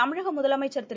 தமிழக முதலமைச்சா் திரு